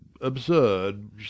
absurd